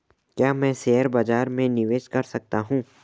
क्या मैं शेयर बाज़ार में निवेश कर सकता हूँ?